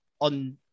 on